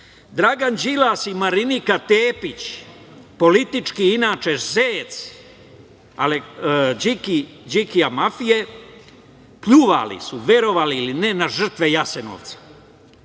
jeste. Dragan Đilas i Marinika Tepić, politički zec, inače, Đikija mafije, pljuvali su, verovali ili ne, na žrtve Jasenovca.